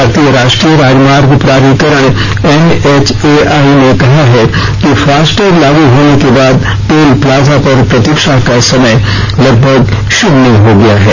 भारतीय राष्ट्रीय राजमार्ग प्राधिकरण एनएचएआई ने कहा है कि फास्टैग लागू होने के बाद टोल प्लाजा पर प्रतीक्षा का समय लगभग शून्य हो गया है